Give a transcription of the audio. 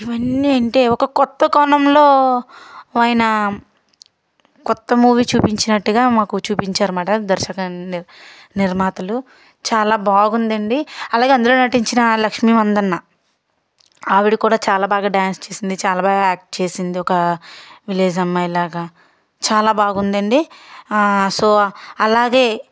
ఇవన్నీ అంటే కొత్త కోణంలో ఆయనా కొత్త మూవీ చూపించినట్టుగా మాకు చూపించారు అన్నమాట దర్శకులు నిర్మాతలు చాలా బాగుందండి అలాగే అందులో నటించిన లక్ష్మివందన్న ఆవిడ కూడా చాలా బాగా డ్యాన్స్ చేసింది చాలా బాగా యాక్ట్ చేసింది ఒక విలేజ్ అమ్మాయిలాగా చాలా బాగుందండి సో అలాగే